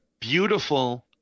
Beautiful